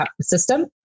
system